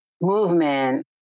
movement